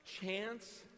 Chance